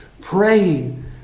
Praying